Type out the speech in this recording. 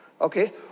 okay